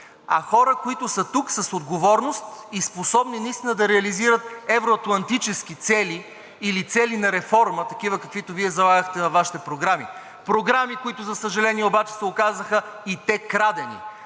а хора, които са тук с отговорност и способни наистина да реализират евро-атлантически цели или цели на реформа – такива, каквито Вие залагахте във Вашите програми. Програми, които, за съжаление обаче, се оказаха и те крадени